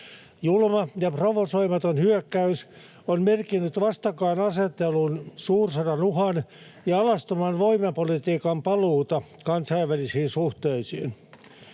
Julma ja provosoimaton hyökkäys on merkinnyt vastakkainasettelun, suursodan uhan ja alastoman voimapolitiikan paluuta kansainvälisiin suhteisiin.